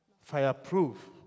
Fireproof